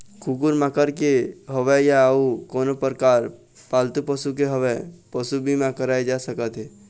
कुकुर माकर के होवय या अउ कोनो परकार पालतू पशु के होवय पसू बीमा कराए जा सकत हे